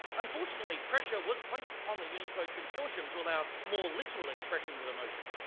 unfortunately, pressure was placed upon the unicode consortium to allow more literal expressions of emotion.